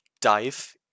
dive